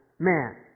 Man